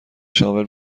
شامل